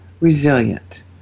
resilient